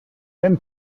then